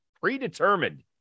predetermined